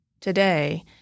today